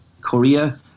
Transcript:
Korea